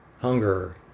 hunger